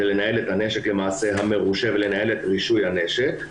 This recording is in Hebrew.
זה לנהל את הנשק המורשה ולנהל את רישוי הנשק,